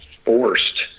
forced